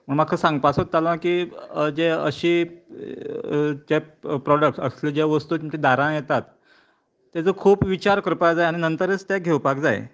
म्हाका सांगपाक सोदतालो की जें अशी जे प्रॉडक्टस असले वस्तू जे दारांत येतात तेजो खूब विचार करपाक जाय आनी नंतरच तें घेवपाक जाय